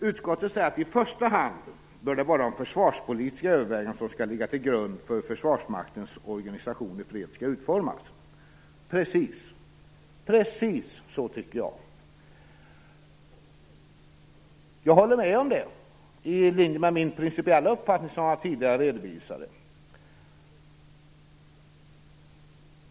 Utskottet säger att det i första hand skall vara försvarspolitiska överväganden som skall ligga till grund för hur Försvarsmaktens organisation i fred skall utformas. Precis så tycker jag också. Jag håller med om det. Det är i linje med den principiella uppfattning som jag tidigare redovisade.